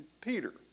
Peter